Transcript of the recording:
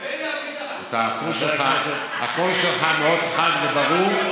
הקול שלך מאוד חד וברור.